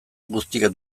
guztiek